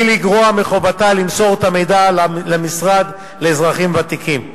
בלי לגרוע מחובתה למסור את המידע למשרד לאזרחים ותיקים.